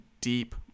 deep